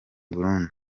burundi